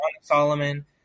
Solomon